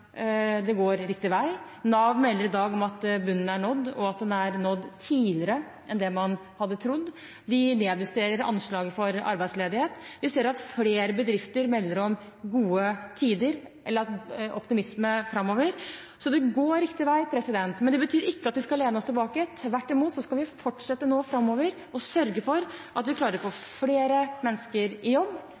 det går riktig vei. Nav melder i dag om at bunnen er nådd, og at den er nådd tidligere enn det man hadde trodd. De nedjusterer anslaget for arbeidsledighet. Vi ser at flere bedrifter melder om optimisme framover. Så det går riktig vei, men det betyr ikke at vi skal lene oss tilbake. Tvert imot skal vi framover fortsette å sørge for at vi klarer å få flere mennesker i jobb,